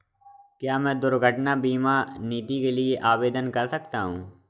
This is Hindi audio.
क्या मैं दुर्घटना बीमा नीति के लिए आवेदन कर सकता हूँ?